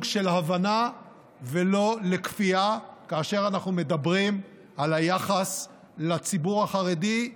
של הבנה ולא לכפייה כאשר אנחנו מדברים על היחס לציבור החרדי,